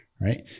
right